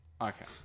Okay